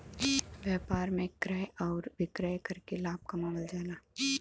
व्यापार में क्रय आउर विक्रय करके लाभ कमावल जाला